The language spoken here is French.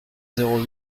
zéro